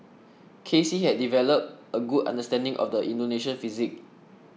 K C had developed a good understanding of the Indonesian psyche